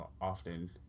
often